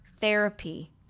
therapy